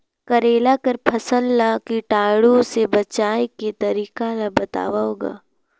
करेला कर फसल ल कीटाणु से बचाय के तरीका ला बताव ग?